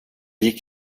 gick